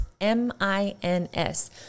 M-I-N-S